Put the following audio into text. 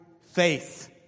faith